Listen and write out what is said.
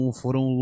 foram